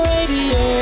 Radio